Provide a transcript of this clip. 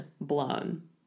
blown